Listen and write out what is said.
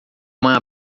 uma